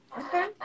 Okay